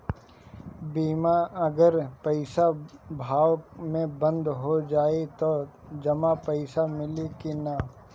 बीमा अगर पइसा अभाव में बंद हो जाई त जमा पइसा मिली कि न?